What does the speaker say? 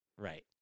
Right